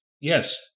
Yes